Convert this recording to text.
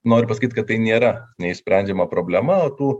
noriu pasakyt kad tai nėra neišsprendžiama problema tų